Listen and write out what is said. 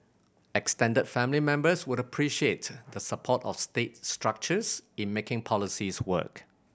extended family members would appreciate the support of state structures in making policies work